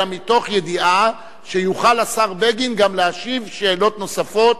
אלא מתוך ידיעה שהשר בגין יוכל גם להשיב על שאלות נוספות